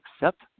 accept